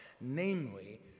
namely